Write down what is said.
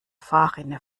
fahrrinne